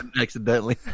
accidentally